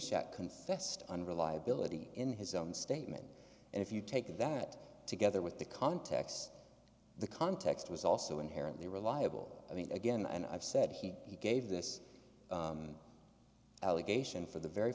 shot confessed unreliability in his own statement and if you take that together with the context the context was also inherently reliable i mean again and i've said he he gave this allegation for the